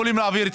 להעביר את